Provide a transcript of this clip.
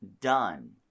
done